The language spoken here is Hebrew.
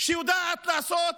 יודעת לעשות